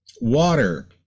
water